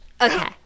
Okay